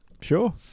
Sure